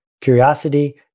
curiosity